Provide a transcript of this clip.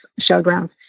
showgrounds